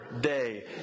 day